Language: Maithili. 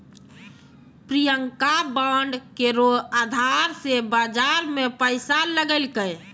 प्रियंका बांड केरो अधार से बाजार मे पैसा लगैलकै